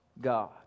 God